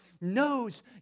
knows